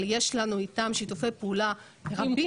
אבל יש לנו איתם שיתופי פעולה רבים.